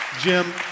Jim